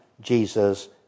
Jesus